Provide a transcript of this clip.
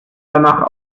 danach